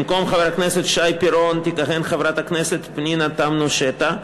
במקום חבר הכנסת שי פירון תכהן חברת הכנסת פנינה תמנו-שטה.